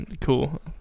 cool